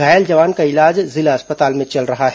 घायल जवान का इलाज जिला अस्पताल में चल रहा है